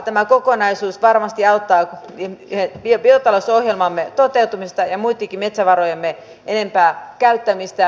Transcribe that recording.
tämä kokonaisuus varmasti auttaa biotalousohjelmamme toteutumista ja muittenkin metsävarojemme enempää käyttämistä